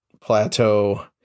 plateau